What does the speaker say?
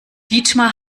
dietmar